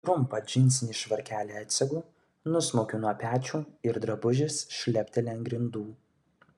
trumpą džinsinį švarkelį atsegu nusmaukiu nuo pečių ir drabužis šlepteli ant grindų